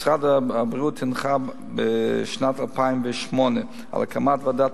משרד הבריאות הנחה בשנת 2008 להקים ועדות